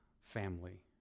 family